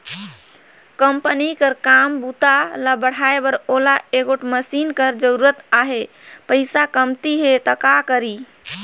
Company कर काम बूता ल बढ़ाए बर ओला एगोट मसीन कर जरूरत अहे, पइसा कमती हे त का करी?